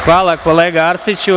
Hvala, kolega Arsiću.